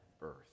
earth